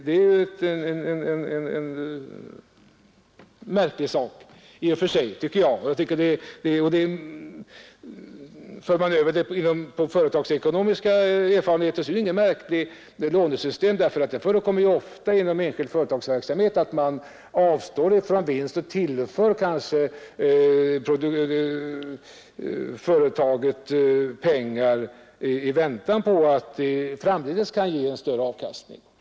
Det är ju i och för sig en märklig sak, tycker jag. På det företagsekonomiska området däremot är detta inget märkligt lånesystem; det förekommer ofta inom enskild företagsverksamhet att man avstår från vinst och tillför företaget pengar i väntan på att det i framtiden skall ge en större avkastning.